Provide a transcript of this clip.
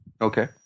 Okay